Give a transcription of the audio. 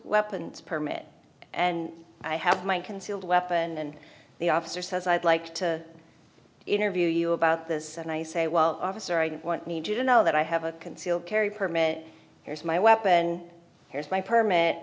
weapons permit and i have my concealed weapon and the officer says i'd like to interview you about this and i say well officer i need to know that i have a concealed carry permit here's my weapon here's my permit